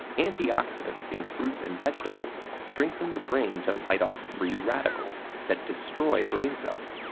antioxidants in fruits and vegetables strengthen the brain to fight off free radicals that destroy brain cells,